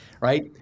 right